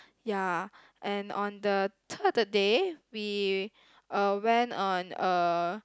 ya and on the third day we uh went on a